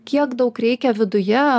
kiek daug reikia viduje